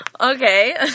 Okay